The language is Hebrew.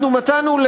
אנחנו מצאנו,